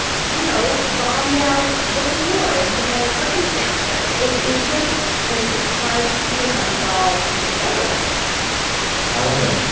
you know, bombed out before in similar circumstances. it it just like it's hard to see how this all comes together right now i want to.